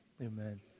Amen